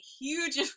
huge